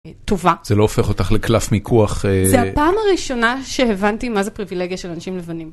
טובה זה לא הופך אותך לקלף מיקוח זה הפעם הראשונה שהבנתי מה זה פריבילגיה של אנשים לבנים.